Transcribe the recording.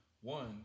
one